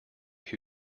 who